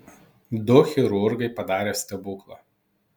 du chirurgai padarė stebuklą